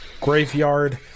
graveyard